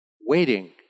waiting